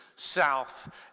south